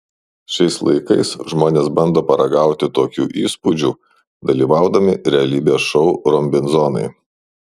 šiais laikais žmonės bando paragauti tokių įspūdžių dalyvaudami realybės šou robinzonai